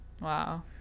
Wow